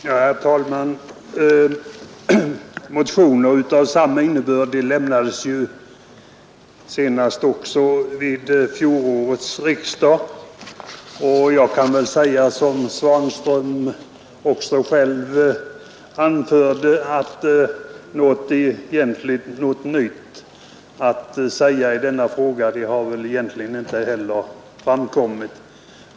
Herr talman! Motioner av samma innebörd avlämnades ju senast också vid fjolårets riksdag, och jag kan väl säga, som herr Svanström också själv anförde, att något nytt i denna fråga väl egentligen inte har framkommit.